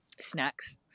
snacks